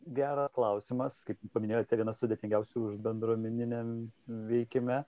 geras klausimas kaip paminėjote vienas sudėtingiausių už bendruomeniniam veikime